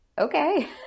okay